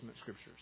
scriptures